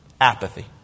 apathy